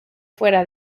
fuera